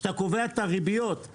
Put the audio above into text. כשאתה קובע את הריביות,